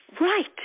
Right